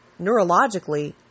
neurologically